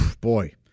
boy